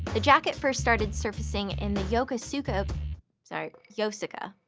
the jacket first started surfacing in the yokosuka sorry, yosaka.